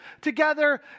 together